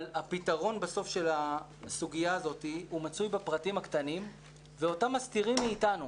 הפתרון של הסוגיה הזאת מצוי בפרטים הקטנים ואותם מסתירים מאיתנו.